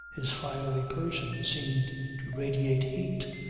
his fiery person seemed to radiate heat,